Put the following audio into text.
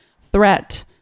threat